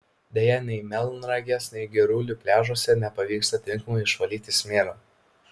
deja nei melnragės nei girulių pliažuose nepavyksta tinkamai išvalyti smėlio